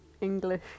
English